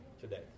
today